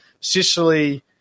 Sicily